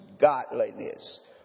godliness